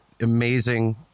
amazing